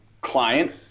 client